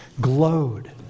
glowed